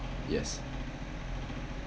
yes